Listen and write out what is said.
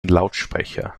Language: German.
lautsprecher